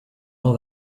all